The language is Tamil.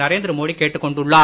நரேந்திர மோடி கேட்டுக் கொண்டுள்ளார்